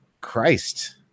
Christ